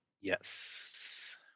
yes